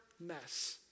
mess